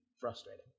frustrating